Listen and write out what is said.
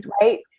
right